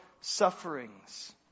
sufferings